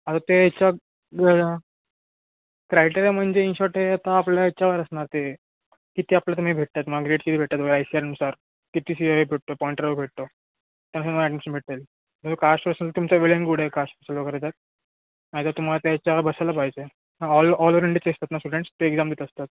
आता ते याच्या क्रायटेरिया म्हणजे इन शॉर्ट हे आता आपल्या याच्यावर असणार ते किती आपल्याला तुम्ही भेटतात माग्रेटची भेटतात वेळ आहे आय सी आर नुसार किती सी ए भेटतो पॉइंट्राव भेटतो त्याप्रमाणं ॲडमिशन भेटते कास्ट वस्तू तुमच्या वेळेस गुड आहे कास्ट वस्तू वगैरे तर नाही तर तुम्हाला त्या ह्याच्यावर बसल्याला पाहिजे ऑल ऑलओवर इंडियाचे असतात ना स्टुडंट पण ते एक्झाम देत असतात